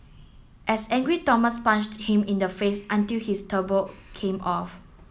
as angry Thomas punched him in the face until his turban came off